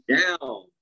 down